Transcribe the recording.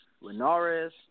Linares